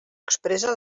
expressa